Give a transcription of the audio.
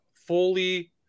fully